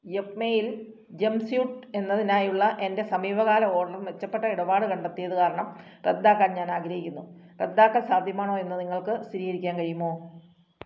യെപ്മേയിൽ jumpsuit എന്നതിനായുള്ള എൻ്റെ സമീപകാല ഓർഡർ മെച്ചപ്പെട്ട ഇടപാട് കണ്ടെത്തിയത് കാരണം റദ്ദാക്കാൻ ഞാൻ ആഗ്രഹിക്കുന്നു റദ്ദാക്കൽ സാധ്യമാണോ എന്ന് നിങ്ങൾക്ക് സ്ഥിരീകരിക്കാൻ കഴിയുമോ